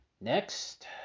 Next